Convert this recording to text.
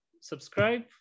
subscribe